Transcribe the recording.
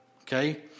Okay